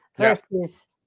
Versus